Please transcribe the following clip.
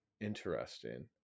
Interesting